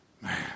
Man